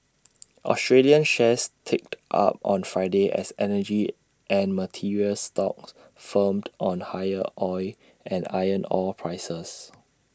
Australian shares ticked up on Friday as energy and materials stocks firmed on higher oil and iron ore prices